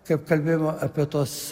kaip kalbėdavo apie tuos